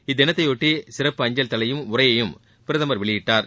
இத்தினத்தையொட்டி சிறப்பு அஞ்சல் தலையையும் உறையையும் பிரதமர் வெளியிட்டார்